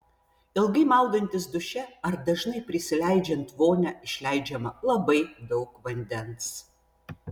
ilgai maudantis duše ar dažnai prisileidžiant vonią išleidžiama labai daug vandens